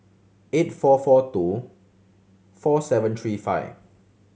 eight four four two four seven three five